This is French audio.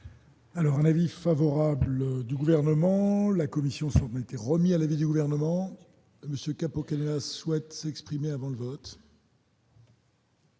Alors l'avis favorable du gouvernement, la commission s'en était remis à l'avis du gouvernement, ce cap, elle ne souhaite s'exprimer avant le vote.